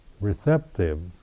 receptive